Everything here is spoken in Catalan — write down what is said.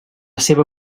seva